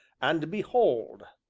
and behold!